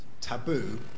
taboo